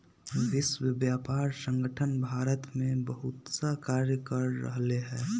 विश्व व्यापार संगठन भारत में बहुतसा कार्य कर रहले है